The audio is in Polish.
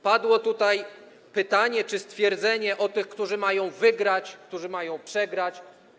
Padło tutaj pytanie czy stwierdzenie o tych, którzy mają wygrać, którzy mają przegrać.